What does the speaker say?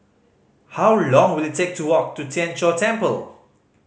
how long will it take to walk to Tien Chor Temple